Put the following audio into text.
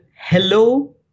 Hello